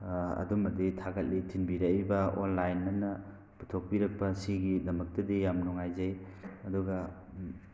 ꯑꯗꯨꯃꯗꯤ ꯊꯥꯒꯠꯂꯤ ꯊꯤꯟꯕꯤꯔꯛꯏꯕ ꯑꯣꯟꯂꯥꯏꯟꯑꯅ ꯄꯨꯊꯣꯄꯤꯔꯛꯄꯁꯤꯒꯤꯗꯃꯛꯇꯗꯤ ꯌꯥꯝ ꯅꯨꯡꯉꯥꯏꯖꯩ ꯑꯗꯨꯒ